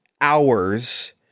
hours